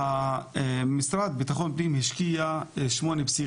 המשרד לבטחון פנים השקיע שמונה פסיק